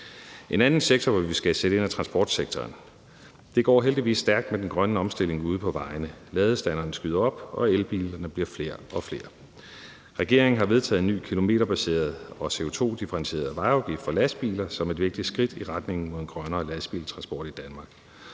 En anden sektor, hvor vi skal sætte ind, er transportsektoren. Det går heldigvis stærkt med den grønne omstilling ude på vejene. Ladestanderne skyder op, og elbilerne bliver flere og flere. Regeringen har vedtaget en ny kilometerbaseret og CO2-differentieret vejafgift for lastbiler som et vigtigt skridt i retning mod en grønnere lastbiltransport i Danmark.